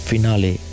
Finale